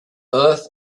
earth